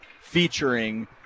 featuring